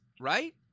right